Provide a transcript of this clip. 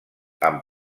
amb